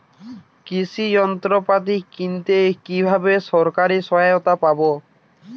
কৃষি যন্ত্রপাতি কিনতে কিভাবে সরকারী সহায়তা পাব?